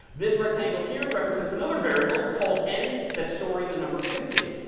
this rectangle here represents another variable called n that storing the number fifty.